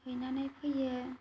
हैनानै फैयो